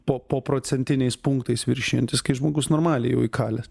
po po procentiniais punktais viršijantis kai žmogus normaliai jau įkalęs